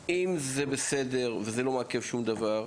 אם זה בסדר וזה לא מעכב שום דבר,